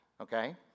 okay